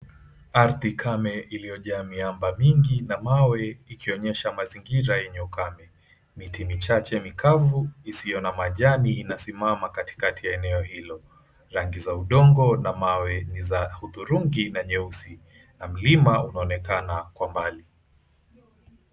Ardhi kame iliyojaa miamba mingi na mawe ikionyesha mazingira yenye ukame. Miti michache mikavu isiyo na majani inasimama katikati ya eneo hilo, rangi za udongo na mawe ni za hudhurungi na nyeusi na mlima unaonekana kwa umbali.